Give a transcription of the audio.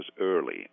early